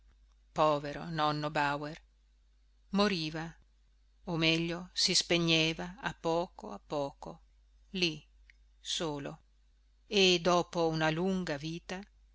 povero nonno bauer moriva o meglio si spegneva a poco a poco lì solo e dopo una lunga vita